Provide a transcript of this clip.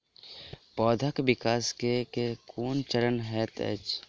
पौधाक विकास केँ केँ कुन चरण हएत अछि?